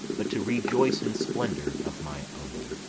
but to rejoice in splendour of my own.